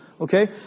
okay